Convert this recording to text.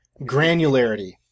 Granularity